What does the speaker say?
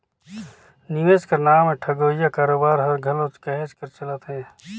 निवेस कर नांव में ठगोइया कारोबार हर घलो कहेच कर चलत हे